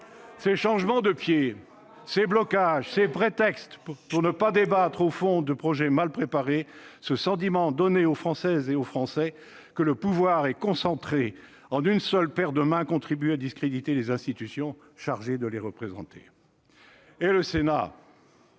Ces changements de pied, ces blocages, ces prétextes pour ne pas débattre au fond de projets mal préparés, ce sentiment donné aux Françaises et aux Français que le pouvoir est concentré en une seule paire de mains contribuent à discréditer les institutions chargées de les représenter. Le Sénat,